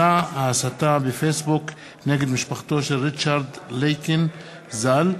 מסע ההסתה בפייסבוק נגד משפחתו של ריצ'רד לייקין ז"ל.